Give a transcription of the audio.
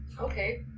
okay